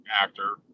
actor